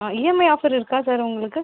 ஆ EMI offer இருக்கா sir உங்களுக்கு